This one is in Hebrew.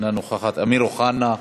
אינה נוכחת, אמיר אוחנה,